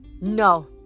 No